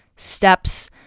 steps